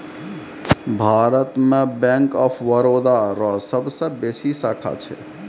भारत मे bank of Baroda रो सबसे बेसी शाखा छै